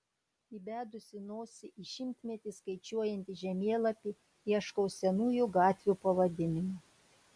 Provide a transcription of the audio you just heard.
įbedusi nosį į šimtmetį skaičiuojantį žemėlapį ieškau senųjų gatvių pavadinimų